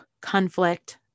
conflict